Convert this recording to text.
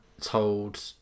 told